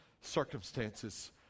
circumstances